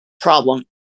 problem